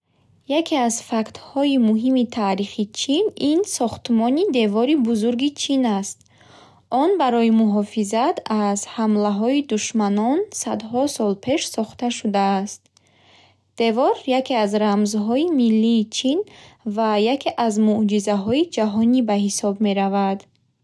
Яке аз фактҳои муҳими таърихи Чин ин сохтмони Девори Бузурги Чин аст. Он барои муҳофизат аз ҳамлаҳои душманон садҳо сол пеш сохта шудааст. Девор яке аз рамзҳои миллии Чин ва яке аз мӯъҷизаҳои ҷаҳонӣ ба ҳисоб меравад.